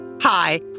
Hi